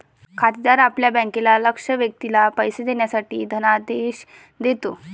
खातेदार आपल्या बँकेला लक्ष्य व्यक्तीला पैसे देण्यासाठी धनादेश देतो